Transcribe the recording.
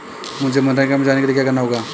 मुझे मनरेगा में जाने के लिए क्या करना होगा?